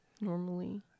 normally